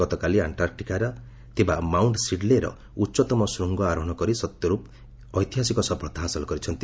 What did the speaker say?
ଗତକାଲି ଆଷ୍ଟାର୍କଟିକାରେ ଥିବା ମାଉଣ୍ଟ ସିଡ୍ଲେର ଉଚ୍ଚତମ ଶୂଙ୍ଗ ଆରୋହଣ କରି ସତ୍ୟରୂପ ଐତିହାସିକ ସଫଳତା ହାସଲ କରିଛନ୍ତି